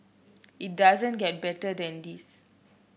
it doesn't get better than this